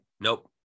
Nope